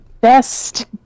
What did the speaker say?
Best